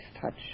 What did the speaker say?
touch